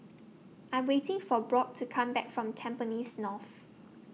I'm waiting For Brock to Come Back from Tampines North